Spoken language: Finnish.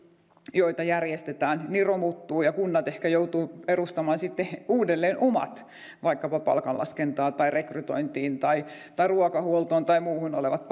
joita järjestetään ja kunnat ehkä joutuvat perustamaan sitten uudelleen omat vaikkapa palkanlaskentaan tai rekrytointiin tai tai ruokahuoltoon tai muuhun olevat